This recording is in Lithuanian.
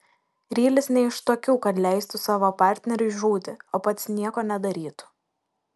rylis ne iš tokių kad leistų savo partneriui žūti o pats nieko nedarytų